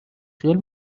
خیال